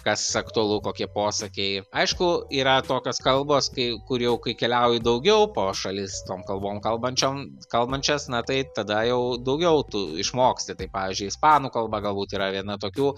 kas aktualu kokie posakiai aišku yra tokios kalbos kai kur jau kai keliauji daugiau po šalis tom kalbom kalbančiom kalbančias na tai tada jau daugiau tu išmoksti tai pavyžiui ispanų kalba galbūt yra viena tokių